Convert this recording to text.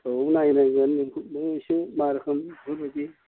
औ नायनांगोन नोंखौ नों इसे मा रोखोम बेफोरबायदि